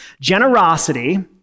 Generosity